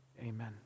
amen